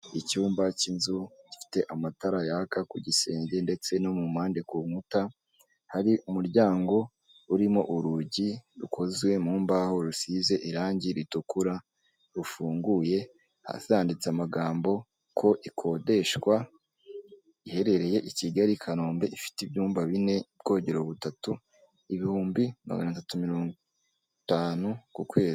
Icyumba k'inzu gifite amatara yaka ku gisenge ndetse no mu mpande ku nkuta, hari umuryango urimo urugi rukozwe mu mbaho rusize irangi ritukura rufunguye, hasi handitse amagambo ko ikodeshwa, iherereye i Kigali, Kanombe, ifite ibyumba bine, ubwogero butatu, ibihumbi magana atatu mirongotanu ku kwezi.